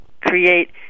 create